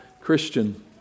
Christian